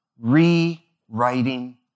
rewriting